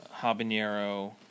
habanero